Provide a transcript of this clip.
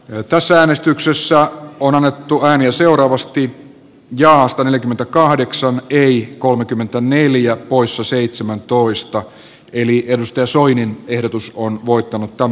eduskunta katsoo esityksen olevan suomen kansallisen edun vastainen eikä hyväksy suomen osallistumista kreikan toiseen tukipakettiin sekä toteaa että hallitus ei nauti eduskunnan luottamusta